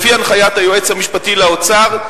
לפי הנחיית היועץ המשפטי לאוצר,